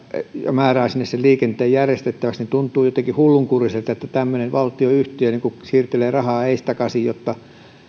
määrää sinne sen liikenteen järjestettäväksi tuntuu jotenkin hullunkuriselta että tämmöinen valtionyhtiö siirtelee rahaa edestakaisin jotta